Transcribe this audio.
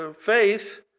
faith